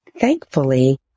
Thankfully